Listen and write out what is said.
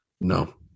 No